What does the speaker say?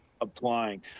applying